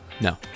No